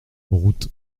route